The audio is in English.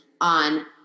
on